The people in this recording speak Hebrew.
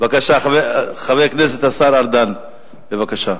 בבקשה, חבר הכנסת, השר ארדן, בבקשה.